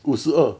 五十二